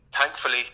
thankfully